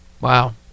Wow